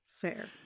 Fair